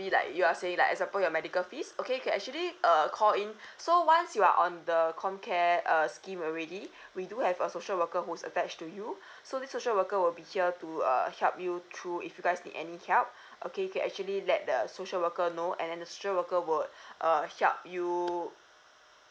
maybe like you're say like example your medical fees okay you can actually err call in so once you are on the comcare uh scheme already we do have a social worker who's attached to you so this social worker will be here to uh help you through if you guys need any help okay you can actually let the social worker know and then the social worker will uh help you